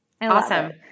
Awesome